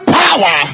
power